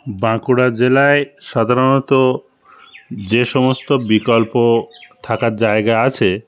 বাঁকুড়া জেলায় সাধারণত যে সমস্ত বিকল্প থাকার জায়গা আছে